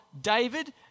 David